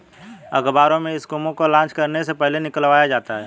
अखबारों में स्कीमों को लान्च करने से पहले निकलवाया जाता है